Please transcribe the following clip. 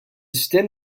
système